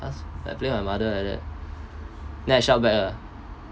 ask like blame my mother like that then I shout back lah